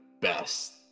best